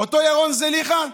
אותו ירון זליכה,